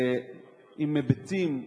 עם היבטים,